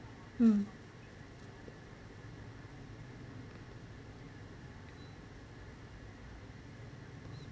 mm